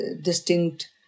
distinct